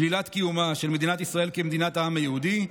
שלילת קיומה של מדינת ישראל כמדינת העם היהודי,